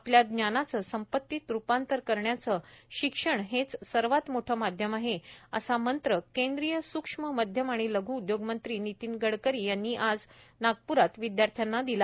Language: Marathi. आपल्या ज्ञानाचे संपतीत रूपांतर करण्याचे शिक्षण हेच सर्वात मोठे माध्यम आहे असा मंत्र केंद्रीय सुक्ष्म मध्यम व लघ् उदयोग मंत्री नितीन गडकरी यांनी विद्यार्थ्यांना दिला